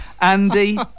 andy